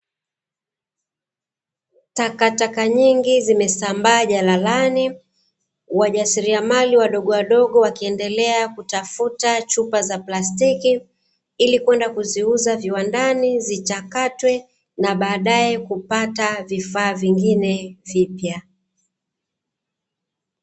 Takataka nyingi zimesambaa jalalani. Wajasiriamali wadogowadogo wakiendelea kutafuta chupa za plastiki, ili kwenda kuziuza viwandani zichakatwe na baadae kupata vifaa vingine vipya.